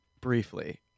briefly